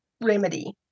remedy